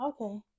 Okay